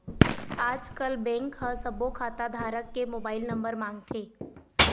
आजकल बेंक ह सब्बो खाता धारक के मोबाईल नंबर मांगथे